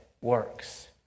works